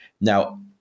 Now